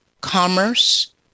commerce